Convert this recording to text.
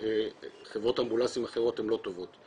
שחברות אמבולנסים אחרות הן לא טובות,